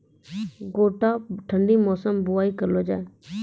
गोटा ठंडी मौसम बुवाई करऽ लो जा?